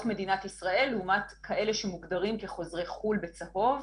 מדינת ישראל לעומת כאלה שמוגדרים כחוזרי חו"ל בצהוב.